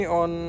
on